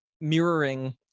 mirroring